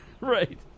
Right